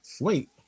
Wait